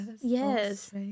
Yes